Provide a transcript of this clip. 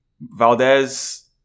Valdez